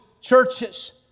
churches